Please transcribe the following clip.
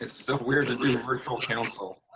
so weird to be in virtual council.